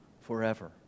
forever